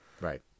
Right